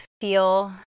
Feel